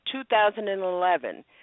2011